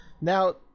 Now